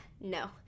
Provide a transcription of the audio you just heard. no